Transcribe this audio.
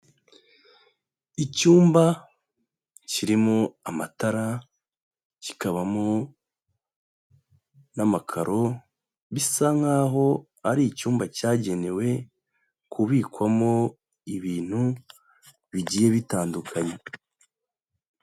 Icyumba kirimo amatara, kikabamo n'amakaro, bisa nkaho ari icyumba cyagenewe kubikwamo ibintu bigiye bitandukanye.